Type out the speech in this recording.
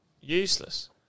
Useless